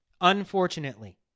unfortunately